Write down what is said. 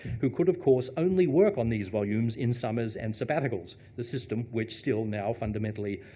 who could, of course, only work on these volumes in summers and sabbaticals. the system which still now, fundamentally,